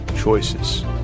choices